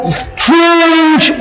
strange